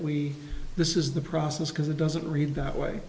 we this is the process because it doesn't read that way